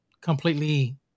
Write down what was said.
completely